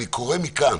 אני קורא מכאן